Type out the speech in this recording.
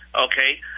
Okay